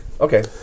Okay